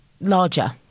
larger